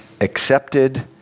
accepted